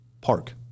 park